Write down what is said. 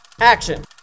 action